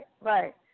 Right